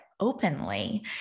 openly